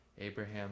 Abraham